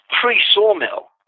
pre-sawmill